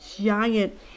giant